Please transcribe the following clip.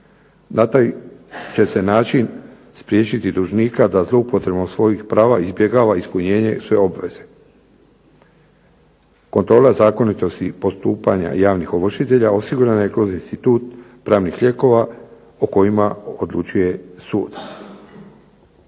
Na taj će se način spriječiti dužnika da zloupotrebom svojih prava izbjegava ispunjenje svoje obveze. Kontrola zakonitosti postupanja javnih ovršitelja osigurana je kroz institut pravnih lijekova o kojima odlučuje sud.